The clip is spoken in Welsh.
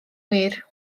wir